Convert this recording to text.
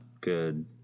good